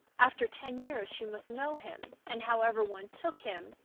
after ten years she must know him and however one took him,